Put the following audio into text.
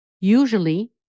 Usually